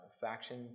faction